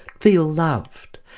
feel loved.